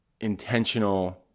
intentional